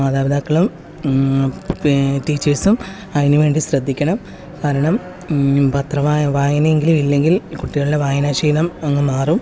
മാതാപിതാക്കളും ടീച്ചേഴ്സും അതിനുവേണ്ടി ശ്രദ്ധിക്കണം കാരണം പത്ര വായന വായനയെങ്കിലുമില്ലെങ്കിൽ കുട്ടികളുടെ വായനാശീലം അങ്ങ് മാറും